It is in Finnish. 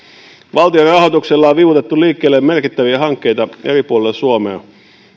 valtion rahoituksella on vivutettu liikkeelle merkittäviä hankkeita eri puolilla suomea